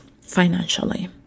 financially